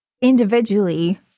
individually